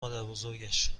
مادربزرگش